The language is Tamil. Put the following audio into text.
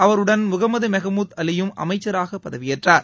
அவருடன் முகமது மெகமூத் அலியும் அமைச்சராக பதிவியேற்றார்